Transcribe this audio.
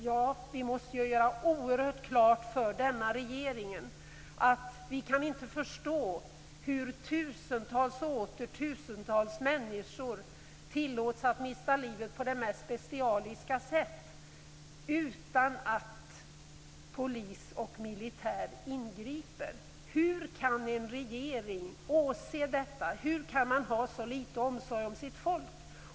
Ja, men vi måste göra klart för denna regering att vi inte kan förstå hur tusentals och åter tusentals människor tillåts att mista livet på de mest bestialiska sätt utan att polis och militär ingriper. Hur kan en regering åse detta? Hur kan man ha så litet omsorg om sitt folk?